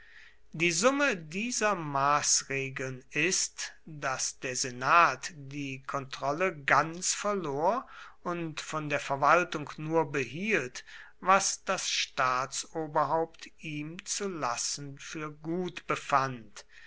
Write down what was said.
die summe dieser maßregeln ist daß der senat die kontrolle ganz verlor und von der verwaltung nur behielt was das staatshaupt ihm zu lassen für gut befand